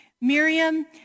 Miriam